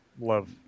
Love